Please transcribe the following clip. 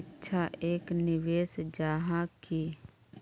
शिक्षा एक निवेश जाहा की?